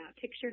picture